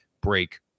break